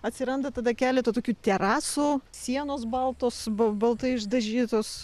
atsiranda tada keletą tokių terasų sienos baltos bal baltai išdažytos